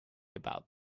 about